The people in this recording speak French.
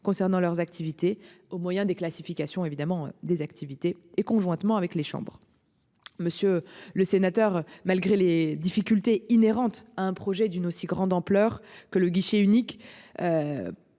concernant leurs activités au moyen des classifications évidemment des activités et conjointement avec les chambres. Monsieur le sénateur, malgré les difficultés inhérentes à un projet d'une aussi grande ampleur que le guichet unique.